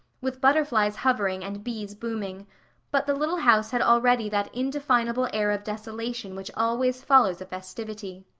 with butterflies hovering and bees booming but the little house had already that indefinable air of desolation which always follows a festivity.